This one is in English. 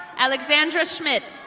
alexndra schmidt.